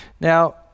Now